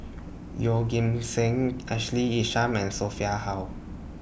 Yeoh Ghim Seng Ashley Isham and Sophia Hull